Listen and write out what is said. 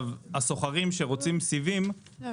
הסוחרים שרוצים סיבים --- לא,